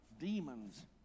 demons